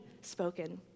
spoken